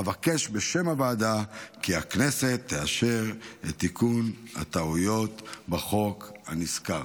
אבקש בשם הוועדה כי הכנסת תאשר את תיקון הטעויות בחוק הנזכר.